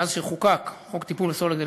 מאז חוקק חוק טיפול בפסולת אלקטרונית,